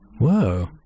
Whoa